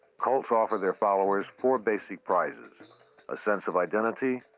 cults offer their followers four basic prizes a sense of identity,